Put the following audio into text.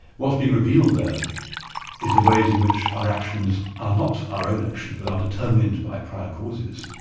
what's been revealed there is the ways in which our actions are not our own actions, but are determined by prior causes.